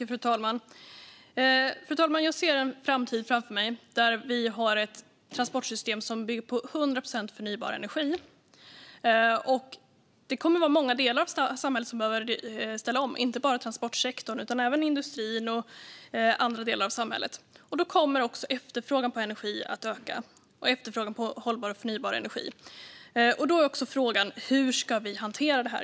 Fru talman! Jag ser en framtid där vi har ett transportsystem som bygger på 100 procent förnybar energi. Många delar av samhället kommer att behöva ställa om, inte bara transportsektorn utan även industrin och annat. Då kommer också efterfrågan på hållbar och förnybar energi att öka. Hur ska vi hantera detta?